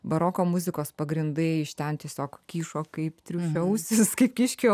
baroko muzikos pagrindai iš ten tiesiog kyšo kaip triušio ausys kaip kiškio